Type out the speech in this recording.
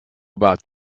about